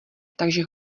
takže